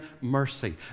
mercy